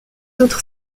autres